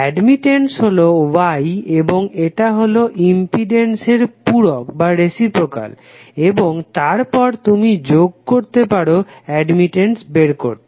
admittance হলো Y এবং এটা হলো ইম্পিডেন্স এর পূরক এবং তার পর তুমি যোগ করতে পারো অ্যাডমিটেন্স বের করতে